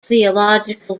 theological